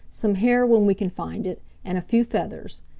some hair when we can find it, and a few feathers.